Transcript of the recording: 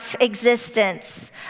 existence